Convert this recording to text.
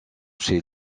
chez